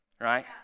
right